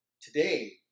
Today